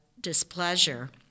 displeasure